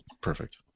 perfect